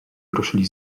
ruszyli